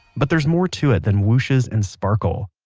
but there's more to it than whooshes and sparkle.